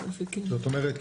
זאת אומרת,